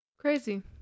Crazy